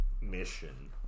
mission